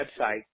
website